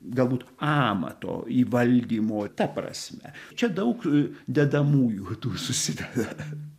galbūt amato įvaldymo ta prasme čia daug dedamųjų tų susideda